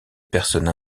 personne